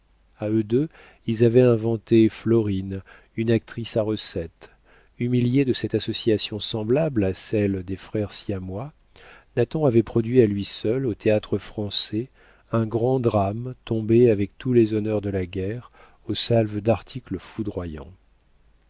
a eux deux ils avaient inventé florine une actrice à recette humilié de cette association semblable à celle des frères siamois nathan avait produit à lui seul au théâtre-français un grand drame tombé avec tous les honneurs de la guerre aux salves d'articles foudroyants